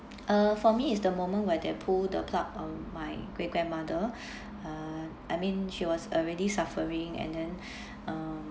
uh for me is the moment where they pull the plug on my great grandmother uh I mean she was already suffering and then um